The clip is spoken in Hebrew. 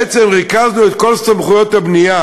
בעצם ריכזנו את כל סמכויות הבנייה